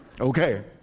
Okay